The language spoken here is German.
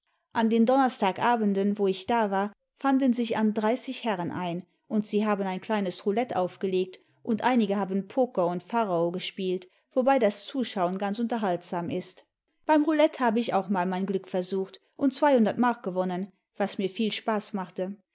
an den donnerstagabenden wo ich da war fanden sich an dreißig herren ein und sie haben ein kleines roulette aufgelegt und einige haben poker und pharao gespielt wobei das zuschauen ganz unterhaltsam ist beim roulette habe ich auch mal mein glück versucht und zweihundert mark gewonnen was mir viel spaß machte